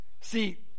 See